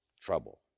trouble